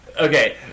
Okay